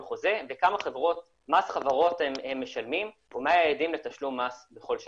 חוזה וכמה מס חברות הם משלמים ומה היעדים לתשלום מס בכל שנה.